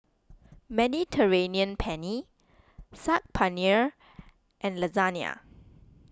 Mediterranean Penne Saag Paneer and Lasagne